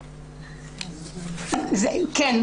כן,